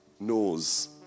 knows